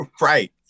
Right